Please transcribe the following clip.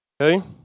okay